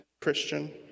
Christian